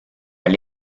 alle